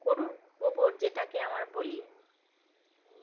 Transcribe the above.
গরুর গোবর যেটাকে আমার বলি